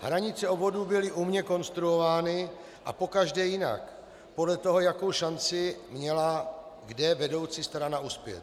Hranice obvodů byly umně konstruovány a pokaždé jinak podle toho, jakou šanci měla vedoucí strana kde uspět.